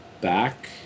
back